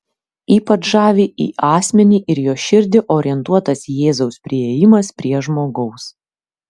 ypač žavi į asmenį ir jo širdį orientuotas jėzaus priėjimas prie žmogaus